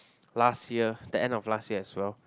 last year the end of last year as well